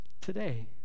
today